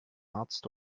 arzt